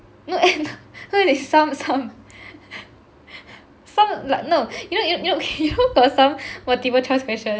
some like no you know you know you know got some multiple choice question